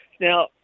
Now –